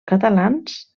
catalans